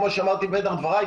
כמו שאמרתי בפתח דבריי,